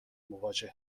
مواجه